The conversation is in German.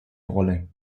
rolle